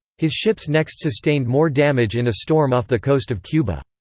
his ships next sustained more damage in a storm off the coast of cuba.